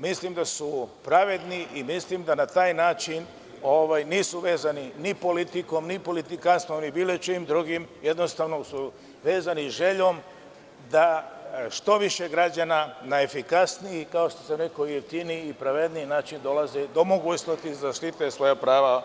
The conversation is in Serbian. Mislim da su pravedni i mislim da na taj način nisu vezani ni politikom, ni politikanstvom, ni bilo čim drugim, jednostavno su vezani željom da što više građana na efikasniji, kao što sam rekao i jeftiniji i pravedniji način dolaze do mogućnosti da štite svoja prava